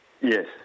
Yes